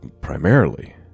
Primarily